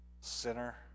sinner